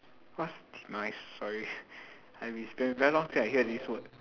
what's demise sorry I mean it's been very long since I hear this word